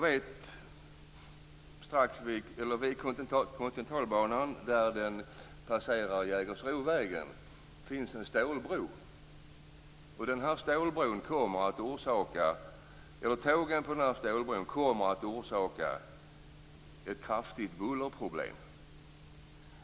Vid Kontinentalbanan där den passerar Jägersrovägen finns en stålbro. Tågen på den här stålbron kommer att orsaka ett kraftigt bullerproblem.